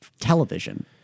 television